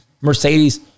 Mercedes